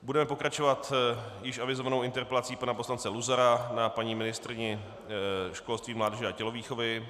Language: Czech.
Budeme pokračovat již avizovanou interpelací pana poslance Luzara na paní ministryni školství, mládeže a tělovýchovy.